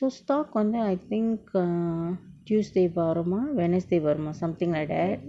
so stock corner I think err tuesday வருமா:varuma wednesday வருமா:varuma something like that